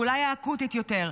ואולי האקוטית יותר,